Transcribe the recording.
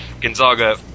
gonzaga